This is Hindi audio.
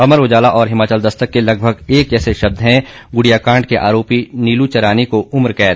अमर उजाला और हिमाचल दस्तक के लगभग एक जैसे शब्द हैं गुड़िया कांड के आरोपी नीलू चरानी को उम्रकैद